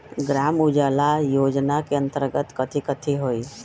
ग्राम उजाला योजना के अंतर्गत कथी कथी होई?